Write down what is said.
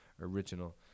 original